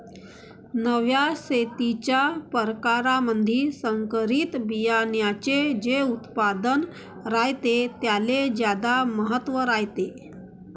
नव्या शेतीच्या परकारामंधी संकरित बियान्याचे जे उत्पादन रायते त्याले ज्यादा महत्त्व रायते